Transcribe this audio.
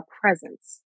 presence